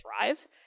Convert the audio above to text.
thrive